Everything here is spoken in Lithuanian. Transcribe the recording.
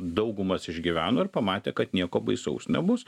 daugumas išgyveno ir pamatė kad nieko baisaus nebus